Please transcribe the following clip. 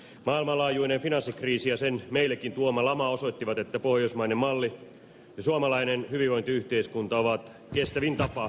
maailmanlaajuinen finanssikriisi ja sen meillekin tuoma lama osoittivat että pohjoismainen malli ja suomalainen hyvinvointiyhteiskunta ovat kestävin tapa rakentaa suomea